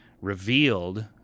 revealed